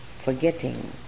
Forgetting